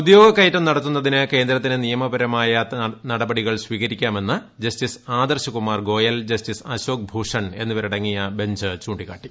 ഉദ്യോഗകയറ്റം നടത്തുന്നതിന് കേന്ദ്രത്തിന് നിയമപരമായ നടപടികൾ സ്വീകരിക്കാമെന്ന് ജസ്റ്റിസ് ആദർശ് കുമാർ ഗോയൽ ജസ്റ്റീസ് അശോക് ഭൂഷൻ എന്നിവരടങ്ങിയ ബഞ്ച് ചൂ ിക്കാട്ടി